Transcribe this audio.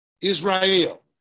Israel